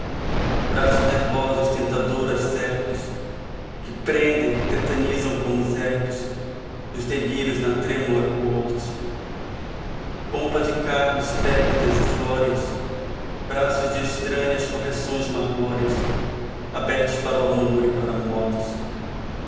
as mornas florescências braços nervosos tentadoras serpes que prendem tetanizam como os herpes dos delírios na trêmula coorte pompa de carnes tépidas e flóreas braços de estranhas correções marmóreas abertos para o amor e para a morte